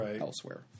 elsewhere